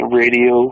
radio